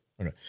Okay